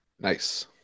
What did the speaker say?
Nice